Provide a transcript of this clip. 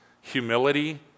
humility